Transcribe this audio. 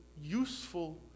useful